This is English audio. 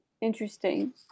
interesting